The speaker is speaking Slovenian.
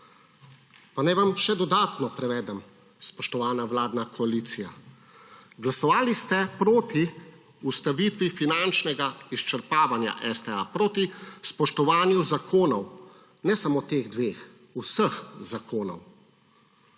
Pa naj vam še dodatno prevedem, spoštovana vladna koalicija. Glasovali ste proti ustavitvi finančnega izčrpavanja STA, proti spoštovanju zakonov, ne samo teh dveh, vseh zakonov.